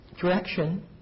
direction